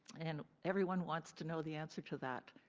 and everyone wants to know the answer to that.